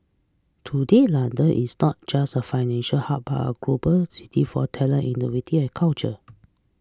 today London is not just a financial hub but a global city for talent innovative and culture